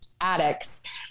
addicts